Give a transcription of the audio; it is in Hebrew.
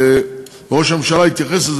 וראש הממשלה התייחס לזה,